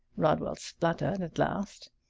rodweil spluttered at last.